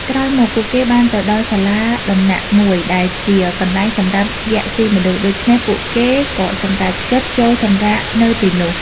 ក្រោយមក ពួកគេបានទៅដល់សាលាដំណាក់មួយដែលជាកន្លែងសម្រាប់យក្សស៊ីមនុស្ស ដូច្នេះពួកគេក៏សម្រេចចិត្តចូលសម្រាកនៅទីនោះ។